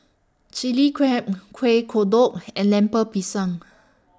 Chili Crab Kueh Kodok and Lemper Pisang